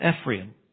Ephraim